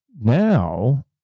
now